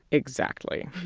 exactly.